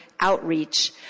outreach